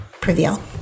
prevail